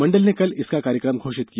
मंडल ने कल इसका कार्यक्रम घोषित किया